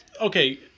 okay